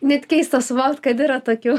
net keista suvokt kad yra tokių